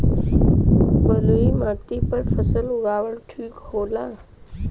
बलुई माटी पर फसल उगावल ठीक होला?